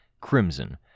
crimson